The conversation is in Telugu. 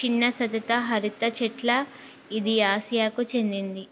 చిన్న సతత హరిత చెట్ల ఇది ఆసియాకు చెందింది